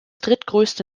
drittgrößte